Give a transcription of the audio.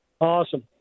awesome